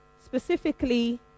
specifically